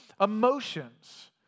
emotions